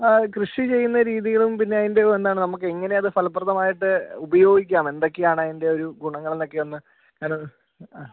ആ കൃഷി ചെയ്യുന്ന രീതികളും പിന്നെ അതിൻ്റെ എന്താണ് നമുക്കെങ്ങനെ അത് ഫലപ്രദമായിട്ട് ഉപയോഗിക്കാം എന്തൊക്കെയാണ് അതിൻ്റെ ഒരു ഗുണങ്ങളെന്നൊക്കെ ഒന്ന്